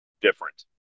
different